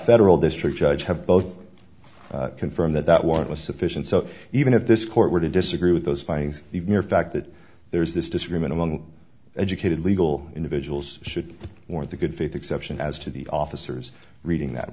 federal district judge have both confirm that that warrant was sufficient so even if this court were to disagree with those findings the mere fact that there is this disagreement among educated legal individuals should or the good faith exception as to the officers reading that